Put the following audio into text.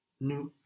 Nous